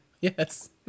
Yes